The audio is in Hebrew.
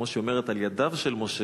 כמו שהיא אומרת: על ידיו של משה,